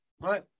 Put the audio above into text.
right